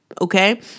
Okay